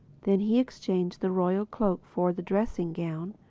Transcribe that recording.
then he exchanged the royal cloak for the dressing-gown,